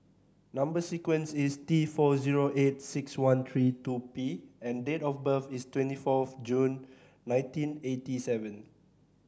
number sequence is T four zero eight six one three two P and date of birth is twenty fourth June nineteen eighty seven